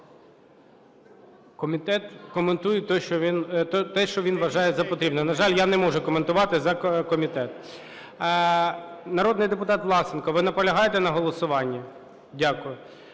комітет коментує те, що він вважає за потрібне. На жаль, я не можу коментувати за комітет. Народний депутат Власенко, ви наполягаєте на голосуванні? Дякую.